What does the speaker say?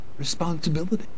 responsibility